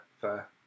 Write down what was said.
fair